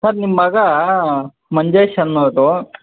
sir ನಿಮ್ಮ ಮಗ ಮಂಜೇಶ್ ಅನ್ನೋರು